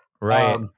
Right